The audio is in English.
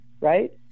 right